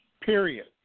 Period